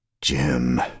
Jim